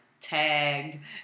tagged